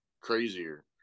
crazier